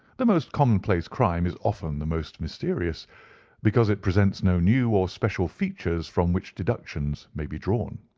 the most commonplace crime is often the most mysterious because it presents no new or special features from which deductions may be drawn.